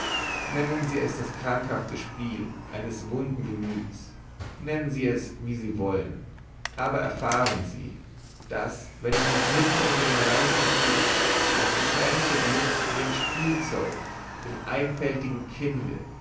nennen sie es das krankhafte spiel eines wunden gemüts nennen sie es wie sie wollen aber erfahren sie daß wenn mich mitten unter dem reichen gut das das hämische glück wie ein spielzeug dem einfältigen kinde